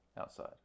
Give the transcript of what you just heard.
outside